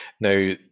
Now